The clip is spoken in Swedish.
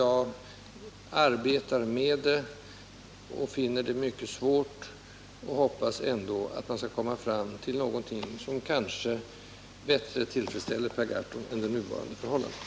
Jag arbetar med problemet och jag finner det mycket svårlöst, men jag hoppas ändå att man skall kunna komma fram till någonting som kanske bättre tillfredsställer Per Gahrton än de nuvarande förhållandena.